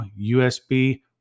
USB